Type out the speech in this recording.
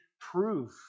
proof